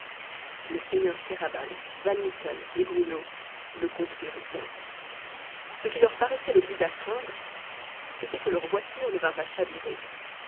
le seigneur kéraban van mitten et bruno le comprirent bien ce qui leur paraissait le plus à craindre c'était que leur voiture ne vînt à chavirer